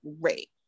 great